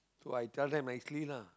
so I tell them nicely lah